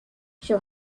she